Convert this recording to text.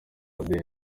amb